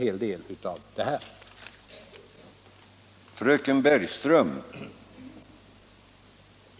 handikappersätt 55 handikappersättning